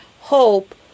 Hope